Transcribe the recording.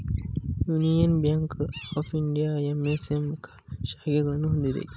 union bank of India MSM ಶಾಖೆಗಳನ್ನು ಹೊಂದಿದೆ